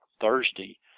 Thursday